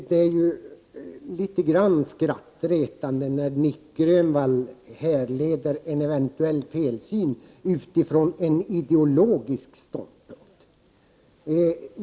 Herr talman! Det är litet skrattretande när Nic Grönvall härleder en eventuell felsyn från en ideologisk ståndpunkt.